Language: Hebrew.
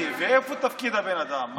ואיפה תפקיד הבן אדם?